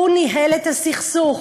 הוא ניהל את הסכסוך.